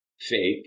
fake